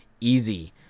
easy